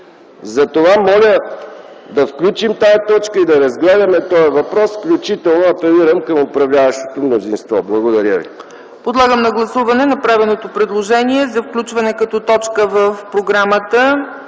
Затова моля да включим тази точка и да разгледаме този въпрос, включително апелирам към управляващото мнозинство. Благодаря ви.